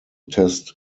test